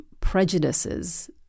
prejudices